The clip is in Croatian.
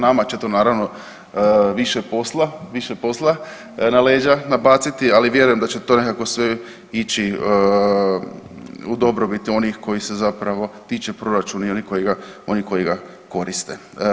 Nama će to naravno više posla, više posla na leđa nabaciti, ali vjerujem da će to nekako sve ići u dobrobit onih kojih se zapravo tiče proračun ili koji ga, oni koji ga koriste.